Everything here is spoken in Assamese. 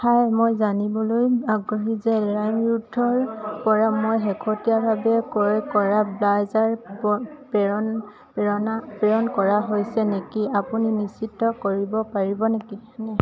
হয় মই জানিবলৈ আগ্ৰহী যে লাইমৰোডৰ পৰা মই শেহতীয়াভাৱে ক্ৰয় কৰা ব্লেজাৰ প্ৰ্ৰেৰ প্ৰেৰণা প্ৰেৰণ কৰা হৈছে নেকি আপুনি নিশ্চিত কৰিব পাৰিব নেকি